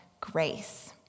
grace